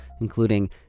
including